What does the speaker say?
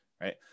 Right